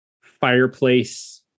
fireplace